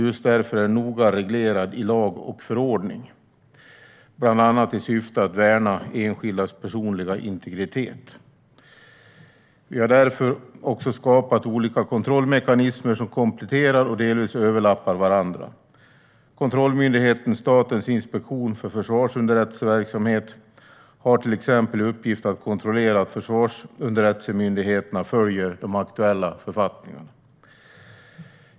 Just därför är den noga reglerad i lag och förordning, bland annat i syfte att värna enskildas personliga integritet. Svar på interpellationer Vi har därför också skapat olika kontrollmekanismer som kompletterar och delvis överlappar varandra. Kontrollmyndigheten Statens inspektion för försvarsunderrättelseverksamheten har till exempel i uppgift att kontrollera att försvarsunderrättelsemyndigheterna följer de aktuella författningarna.